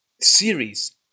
series